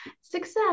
success